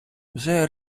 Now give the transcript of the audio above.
вже